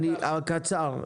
קצר.